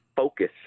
Focus